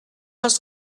els